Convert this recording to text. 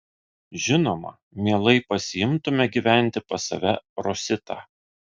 žinoma mielai pasiimtume gyventi pas save rositą